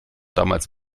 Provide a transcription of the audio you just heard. damals